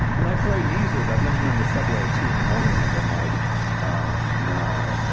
and i frighten easily, but i've never been on the subway at two in the morning and been like, oh no.